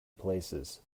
places